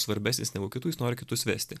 svarbesnis negu kitų jis nori kitus vesti